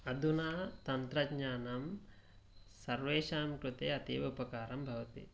अधुना तन्त्रज्ञानं सर्वेषां कृते अतीव उपकारं भवति